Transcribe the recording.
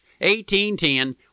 1810